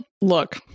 look